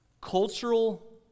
cultural